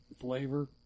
flavor